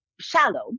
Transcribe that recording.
shallow